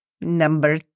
Number